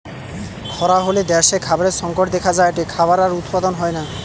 খরা হলে দ্যাশে খাবারের সংকট দেখা যায়টে, খাবার আর উৎপাদন হয়না